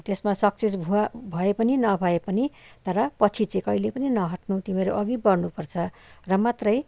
त्यसमा सक्सेस भुव भएपनि नभएपनि तर पछि चाहिँ कहिले पनि नहट्नु तिमीहरू अघि बढनु पर्छ र मात्रै